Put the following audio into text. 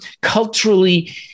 culturally